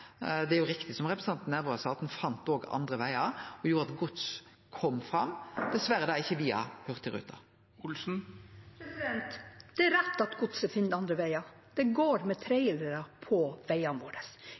som gjorde at gods kom fram, dessverre da ikkje via Hurtigruten. Det er rett at godset finner andre veier. Det går med